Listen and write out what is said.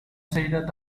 செய்த